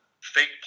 Fake